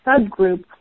subgroup